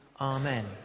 Amen